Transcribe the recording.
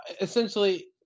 essentially